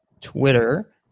twitter